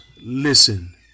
listen